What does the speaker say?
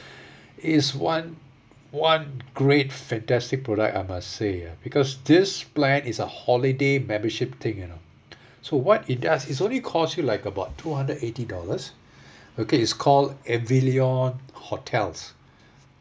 it's one one great fantastic product I must say because this plan is a holiday membership thing you know so what it does it only cost you like about two hundred eighty dollars okay it's called avillion hotels